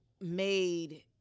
made